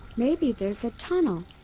maybe there's a tunnel!